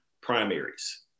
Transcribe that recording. primaries